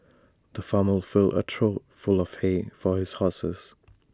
the farmer filled A trough full of hay for his horses